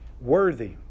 worthy